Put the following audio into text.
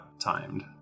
timed